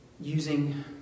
using